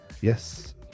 yes